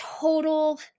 total